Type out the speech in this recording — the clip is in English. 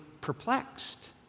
perplexed